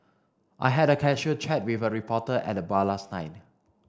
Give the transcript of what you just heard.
I had a casual chat reporter at the bar last night